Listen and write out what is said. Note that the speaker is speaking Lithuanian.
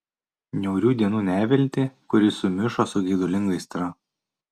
niaurių dienų neviltį kuri sumišo su geidulinga aistra